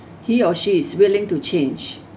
he or she is willing to change